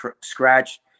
scratch